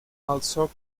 also